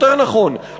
יותר נכון,